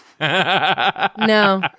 No